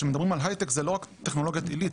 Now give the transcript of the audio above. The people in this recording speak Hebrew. כשמדברים על הייטק זה לא רק טכנולוגיית עילית,